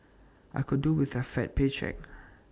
I could do with A fat paycheck